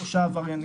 שלושה עבריינים.